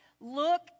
look